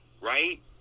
right